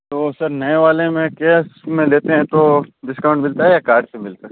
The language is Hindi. तो सर नए वाले में केस में लेते है तो डिस्काउन्ट मिलता है या कार्ड पर मिलता है